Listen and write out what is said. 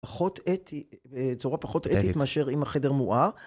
פחות אתית, צורה פחות אתית מאשר אם החדר מואר.